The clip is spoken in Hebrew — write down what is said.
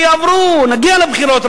נגיע לבחירות,